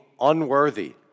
unworthy